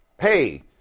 Hey